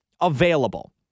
available